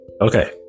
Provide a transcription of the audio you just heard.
Okay